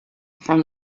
from